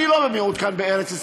אני לא במיעוט כאן בארץ-ישראל.